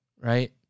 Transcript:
right